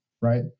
right